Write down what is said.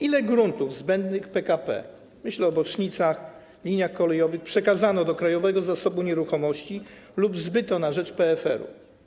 Ile gruntów zbędnych PKP, myślę o bocznicach, liniach kolejowych, przekazano do Krajowego Zasobu Nieruchomości lub zbyto na rzecz PFR-u?